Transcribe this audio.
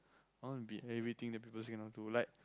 I want to be everything that people say cannot do like